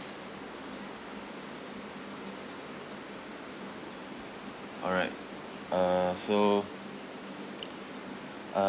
alright uh so